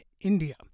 India